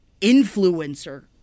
influencer